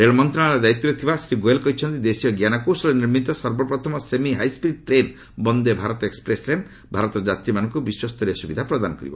ରେଳ ମନ୍ତ୍ରଣାଳୟ ଦାୟିତ୍ୱରେ ଥିବା ଶ୍ରୀ ଗୋୟଲ୍ କହିଛନ୍ତି ଦେଶୀୟ ଜ୍ଞାନ କୌଶଳରେ ନିର୍ମିତ ସର୍ବପ୍ରଥମ semi high speed train Vande Bharat express ଭାରତର ଯାତ୍ରୀମାନଙ୍କୁ ବିଶ୍ୱସ୍ତରୀୟ ସୁବିଧା ପ୍ରଦାନ କରିବ